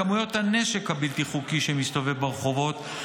בכמויות הנשק הבלתי-חוקי שמסתובב ברחובות,